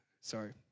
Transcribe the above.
sorry